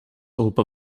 europa